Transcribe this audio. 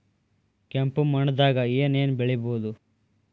ಕೆಂಪು ಮಣ್ಣದಾಗ ಏನ್ ಏನ್ ಬೆಳಿಬೊದು?